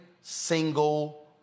single